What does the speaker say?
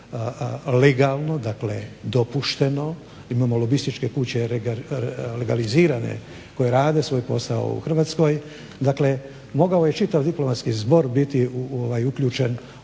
legalno, dakle dopušteno. Imamo lobističke kuće legalizirane koje rade svoj posao u Hrvatskoj. Dakle, mogao je čitav diplomatski zbor biti uključen u